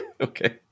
Okay